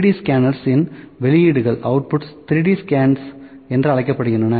3D scanners இன் வெளியீடுகள் 3D scans என்று அழைக்கப்படுகின்றன